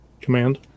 command